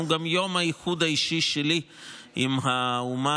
הוא גם יום האיחוד האישי שלי עם האומה